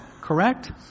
correct